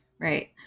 right